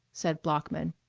said bloeckman,